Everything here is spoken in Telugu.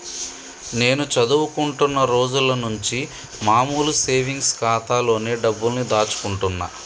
నేను చదువుకుంటున్న రోజులనుంచి మామూలు సేవింగ్స్ ఖాతాలోనే డబ్బుల్ని దాచుకుంటున్నా